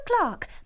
Clark